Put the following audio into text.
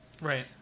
Right